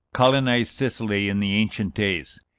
colonized sicily in the ancient days.